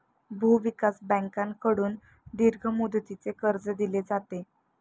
भूविकास बँकेकडून दीर्घ मुदतीचे कर्ज दिले जाते